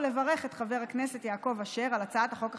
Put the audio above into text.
ולברך את חבר הכנסת יעקב אשר על הצעת החוק החשובה,